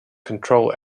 control